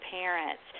parents